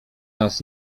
nas